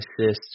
assists